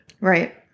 Right